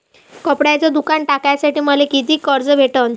कपड्याचं दुकान टाकासाठी मले कितीक कर्ज भेटन?